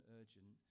urgent